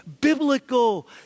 biblical